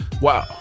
Wow